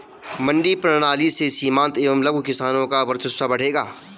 मंडी प्रणाली से सीमांत एवं लघु किसानों का वर्चस्व बढ़ेगा